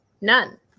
none